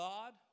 God